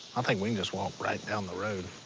um think we can just walk right down the road.